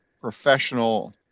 professional